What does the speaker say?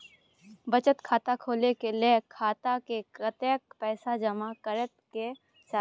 बचत खाता खोले के लेल खाता में कतेक पैसा जमा करे के चाही?